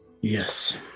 Yes